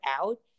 out